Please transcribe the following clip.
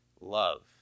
love